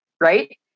right